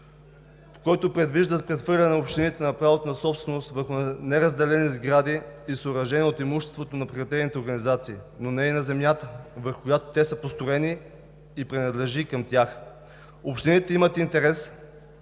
които предвиждат прехвърляне на общините на правото на собственост върху неразпределени сгради и съоръжения от имуществото на прекратените организации, но не и на земята, върху която те са построени и принадлежи към тях. Общините имат интерес